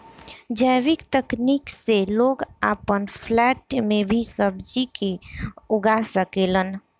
जैविक तकनीक से लोग आपन फ्लैट में भी सब्जी के उगा सकेलन